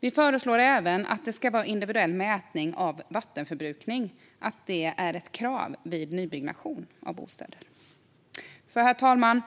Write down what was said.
Vi föreslår även att individuell mätning av vattenförbrukning ska vara ett krav vid nybyggnation av bostäder. Herr talman!